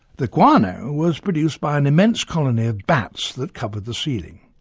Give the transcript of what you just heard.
the guano was produced by an immense colony of bats that covered the ceiling.